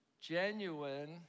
genuine